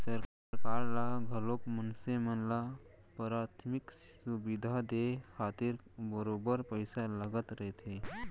सरकार ल घलोक मनसे मन ल पराथमिक सुबिधा देय खातिर बरोबर पइसा लगत रहिथे